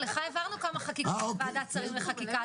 לך העברנו כמה חקיקות של ועדת השרים לחקיקה.